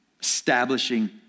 Establishing